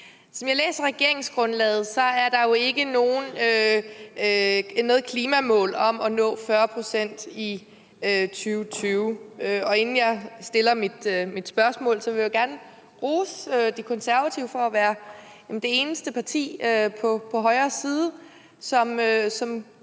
Som jeg læser regeringsgrundlaget, er der jo ikke noget klimamål om at nå 40 pct. i 2020, og inden jeg stiller mit spørgsmål, vil jeg gerne rose De Konservative for at være det eneste parti på højre side, som